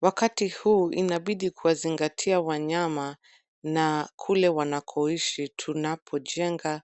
wakati huu inabidi kuwazingatia wanyama na kule wanakoishi tunapojenga